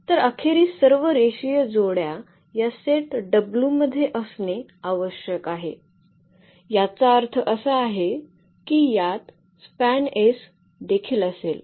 तर अखेरीस सर्व रेषीय जोड्या या सेट w मध्ये असणे आवश्यक आहे याचा अर्थ असा आहे की यात स्पॅनएस SPAN देखील असेल